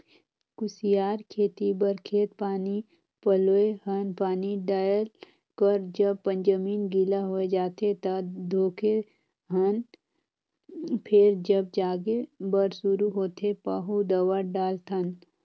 कुसियार खेती बर खेत पानी पलोए हन पानी डायल कर जब जमीन गिला होए जाथें त खोदे हन फेर जब जागे बर शुरू होथे पाहु दवा डालथन